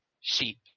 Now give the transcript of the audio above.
Sheep